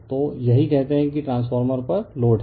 तो यही कहते हैं कि ट्रांसफार्मर लोड पर है